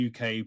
UK